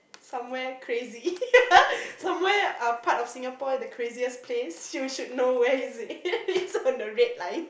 somewhere crazy somewhere um part of Singapore in the craziest place you should know where is it it's on the red line